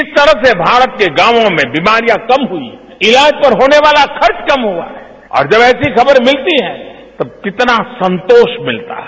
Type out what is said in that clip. किस तरह से भारत के गांवों में बीमारियां कम हुई हैए ईलाज पर होने वाला खर्च कम हुआ है और जब ऐसी खबर मिलती हैए तो कितना संतोष भिलता है